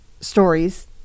stories